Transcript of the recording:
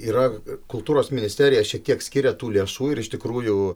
yra kultūros ministerija šiek tiek skiria tų lėšų ir iš tikrųjų